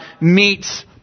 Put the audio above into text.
meets